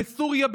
בסוריה,